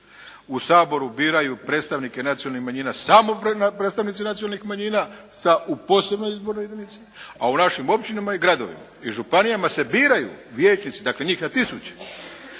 u Saboru biraju predstavnike nacionalnih manjina samo predstavnici nacionalnih manjina u posebnoj izbornoj jedinici, a u našim općinama i gradovima i županijama se biraju vijećnici, dakle njih na tisuće,